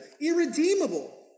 irredeemable